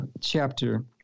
chapter